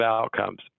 outcomes